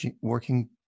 working